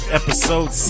episode